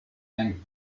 and